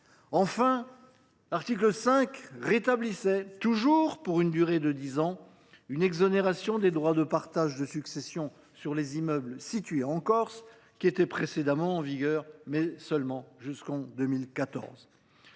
Enfin, l’article 5 rétablissait, toujours pour une durée de dix ans, une exonération des droits de partage de succession sur les immeubles situés en Corse, qui était précédemment applicable jusqu’en 2014.